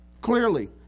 clearly